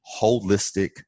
holistic